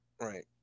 right